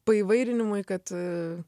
paįvairinimui kad